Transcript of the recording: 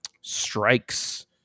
strikes